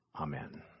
Amen